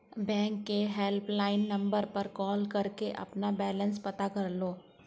bank के helpline number पर call करके अपना बैलेंस पता कर लो